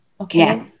Okay